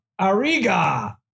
Ariga